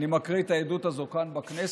אני מקריא את העדות הזאת כאן בכנסת.